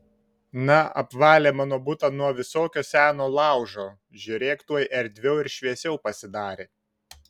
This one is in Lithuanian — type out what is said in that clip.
na apvalė mano butą nuo visokio seno laužo žiūrėk tuoj erdviau ir šviesiau pasidarė